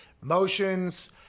Motions